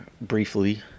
briefly